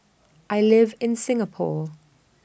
I live in Singapore